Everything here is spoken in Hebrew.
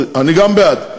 גם אני בעד,